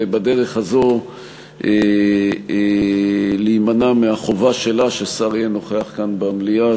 ובדרך הזו להימנע מהחובה שלה ששר יהיה נוכח כאן במליאה,